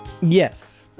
Yes